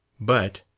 but